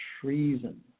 treason